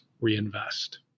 reinvest